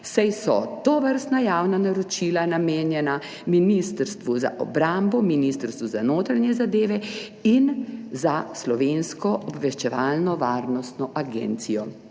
saj so tovrstna javna naročila namenjena Ministrstvu za obrambo, Ministrstvu za notranje zadeve in Slovenski obveščevalno-varnostni agenciji.